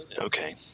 Okay